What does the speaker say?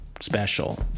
special